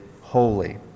holy